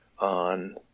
on